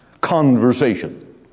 conversation